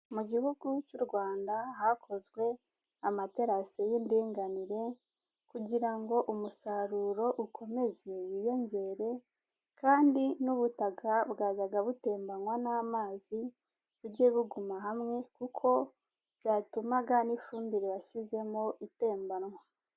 Mu Gihugu cy'u Rwanda hakozwe amaterasi y'indinganire kugira ngo umusaruro ukomeze wiyongere kandi n'ubutaka bwazaga butemanywa n'amazi bujye buguma hamwe, kuko byatumaga n'ifumbire washyizemo itembanwa.